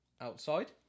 outside